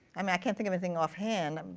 um i can't think of anything offhand.